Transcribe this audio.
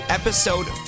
episode